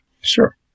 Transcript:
Sure